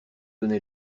donner